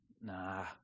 Nah